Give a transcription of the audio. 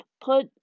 put